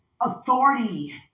authority